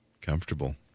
Comfortable